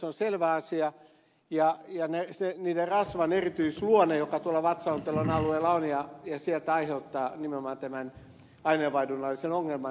on selvä asia ja sen rasvan erityisluonne joka tuolla vatsaontelon alueella on ja sieltä aiheuttaa nimenomaan tämän aineenvaihdunnallisen ongelman